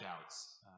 doubts